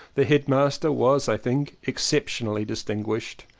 the headmaster was i think exceptionally distinguished,